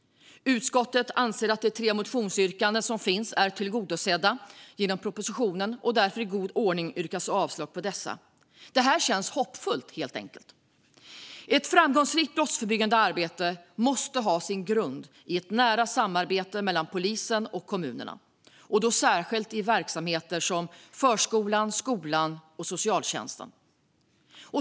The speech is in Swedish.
Utskottet anser att de tre motionsyrkanden som finns är tillgodosedda genom propositionen, och i god ordning yrkas det därför avslag på dessa. Det känns hoppfullt, helt enkelt. Ett framgångsrikt brottsförebyggande arbete måste ha sin grund i ett nära samarbete mellan polisen och kommunerna, särskilt i verksamheter som förskolan, skolan och socialtjänsten.